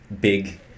big